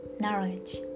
knowledge